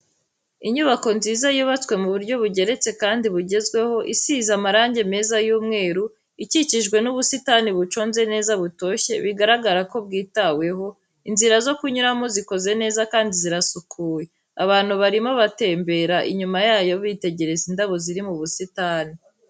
Inyubako nziza yubatswe mu buryo bugeretse kandi bugezweho isize amarangi meza y'umweru, ikikijwe n'ubusitani buconze neza butoshye bigaragara ko bwitaweho, inzira zo kunyuramo zikoze neza kandi zirasukuye, abantu barimo batembera, inyuma yayo bitegereza indabo ziri mu busitani.